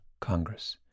Congress